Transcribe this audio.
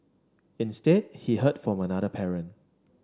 instead he heard from another parent